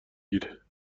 گیره